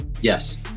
Yes